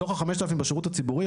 מתוך ה-5,000 בשירות הציבורי,